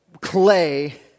clay